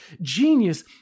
genius